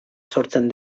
sortzen